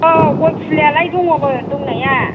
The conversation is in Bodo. औ गय फुलियालाय दङमोन दंनाया